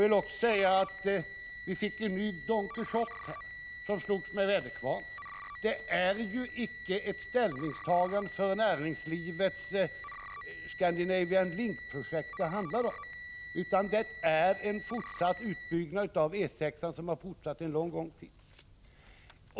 Vi fick en Don Quijote som slåss med väderkvarnar. Det är ju icke ett ställningstagande för näringslivets Scandinavian Link-projekt det handlar om, utan det är en fortsättning av den utbyggnad av väg E 6 som har pågått en lång tid.